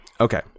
okay